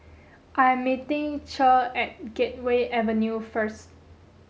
I am meeting Che at Gateway Avenue first